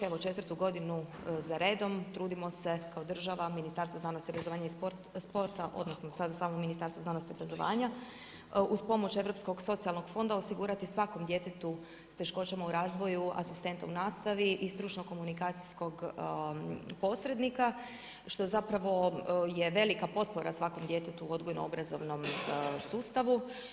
Evo četvrtu godinu za redom trudimo se kao država, Ministarstvo znanosti, obrazovanja i sporta, odnosno sada samo Ministarstvo znanosti i obrazovanja uz pomoć Europskog socijalnog fonda osigurati svakom djetetu s teškoćama u razvoju asistenta u raspravi i stručno-komunikacijskog posrednika što zapravo je velika potpora svakom djetetu u odgojno-obrazovnom sustavu.